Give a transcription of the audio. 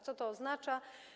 Co to oznacza?